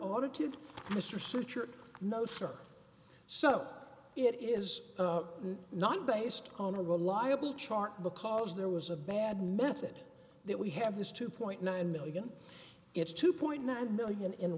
audited mr sutured no sir so it is not based on a reliable chart because there was a bad method that we have this two point nine million it's two point nine million in